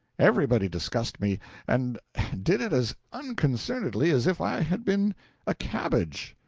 everybody discussed me and did it as unconcernedly as if i had been a cabbage.